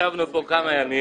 ישבנו פה כמה ימים,